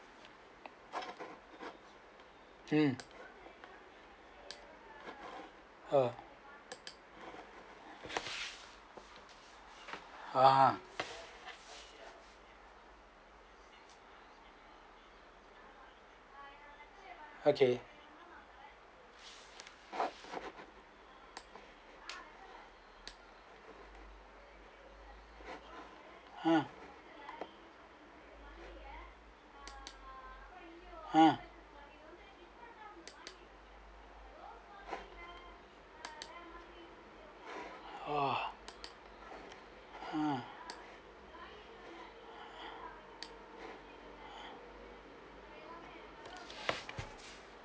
um oh ah okay um um uh uh